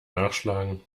nachschlagen